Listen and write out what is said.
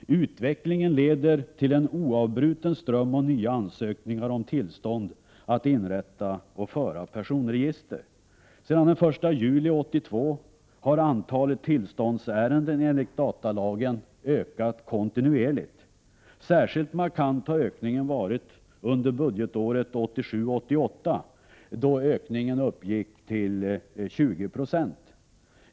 Utvecklingen leder till en oavbruten ström av nya ansökningar om tillstånd att inrätta och föra personregister. Sedan den 1 juli 1982 har antalet tillståndsärenden enligt datalagen ökat kontinuerligt. Särskilt markant har ökningen varit under budgetåret 1987/88, då den uppgick till 20 20.